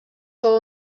fou